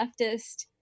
leftist